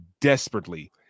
desperately